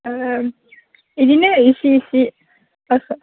ओ इदिनो इसे इसे असमिया